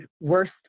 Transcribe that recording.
worst